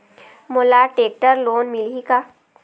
मोला tractor loan मिलही का?